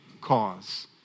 cause